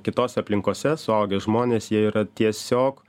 kitose aplinkose suaugę žmonės jie yra tiesiog